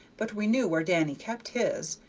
but we knew where danny kept his,